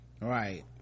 Right